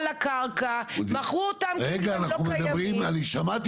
אוקיי, בשני משפטים.